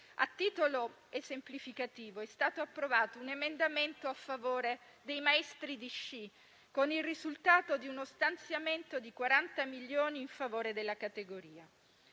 A titolo esemplificativo, è stato approvato un emendamento a favore dei maestri di sci, con il risultato di uno stanziamento di 40 milioni in favore della categoria.